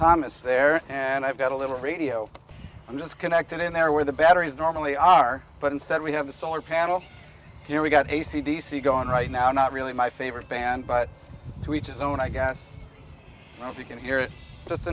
thomas there and i've got a little radio i'm just connected in there where the batteries normally are but instead we have a solar panel here we've got ac d c going right now not really my favorite band but to each his own i guess you can hear it just